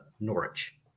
Norwich